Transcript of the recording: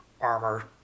armor